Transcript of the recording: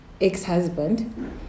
ex-husband